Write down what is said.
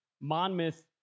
Monmouth